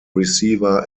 receiver